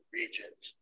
regions